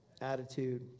attitude